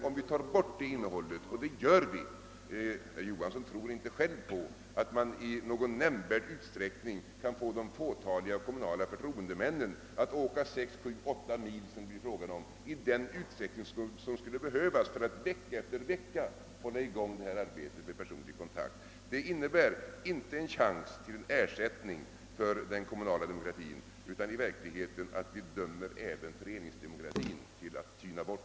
Om vi tar bort det innehållet — och det gör vi; herr Johansson tror inte själv på att man i någon nämnvärd utsträckning kan få de fåtaliga kommunala förtroendemännen att åka 6, 7 eller 8 mil, som det blir fråga om, i den utsträckning som skulle behövas för att vecka efter vecka hålla i gång detta arbete med personlig kontakt — kommer det inte att finnas en chans till en ersättning för den kommunala demokratin, utan vi dömer även föreningsdemokratin till att tyna bort.